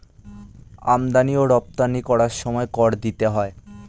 আমদানি ও রপ্তানি করার সময় কর দিতে হয়